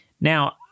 Now